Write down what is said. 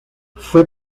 fue